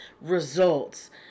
results